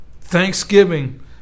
Thanksgiving